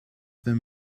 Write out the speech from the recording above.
them